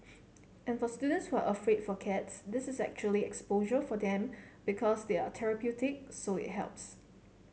and for students who are afraid for cats this is actually exposure for them because they're therapeutic so it helps